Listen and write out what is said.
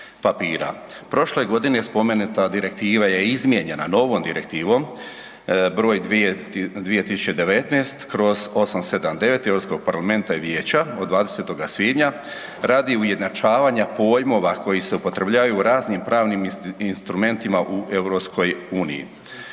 Prošle godine spomenuta direktiva je izmijenjena novom Direktivom broj 2019/879 Europskog parlamenta i vijeća od 20. svibnja radi ujednačavanja pojmova koji se upotrebljavaju u raznim pravnim instrumentima u EU.